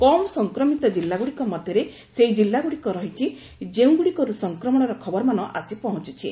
କମ୍ ସଂକ୍ରମିତ ଜିଲ୍ଲାଗୁଡ଼ିକ ମଧ୍ୟରେ ସେହି ଜିଲ୍ଲାଗୁଡ଼ିକ ରହିଛି ଯେଉଁଗୁଡ଼ିକରୁ ସଂକ୍ରମଣର ଖବରମାନ ଆସି ପହଞ୍ଚୁଛି